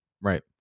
right